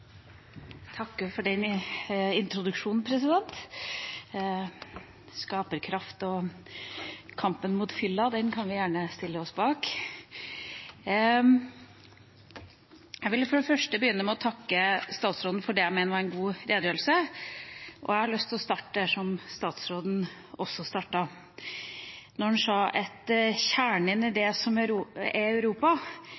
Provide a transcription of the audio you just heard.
for den introduksjonen, president! Skaperkraft og kampen mot fylla kan vi gjerne stille oss bak. Jeg vil for det første takke statsråden for det jeg mener var en god redegjørelse. Jeg har lyst til å starte der statsråden også startet, da han sa at kjernen i